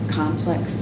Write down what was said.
complex